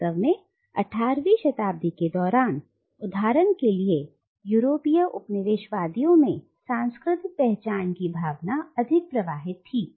वास्तव में 18 वीं शताब्दी के दौरान उदाहरण के लिए यूरोपीय उपनिवेशवादियों में सांस्कृतिक पहचान की भावना अधिक प्रवाहित थी